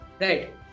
right